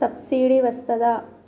Subsidy వస్తదా?